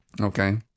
okay